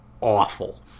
awful